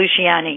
Luciani